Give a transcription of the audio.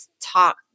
talk